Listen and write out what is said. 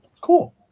cool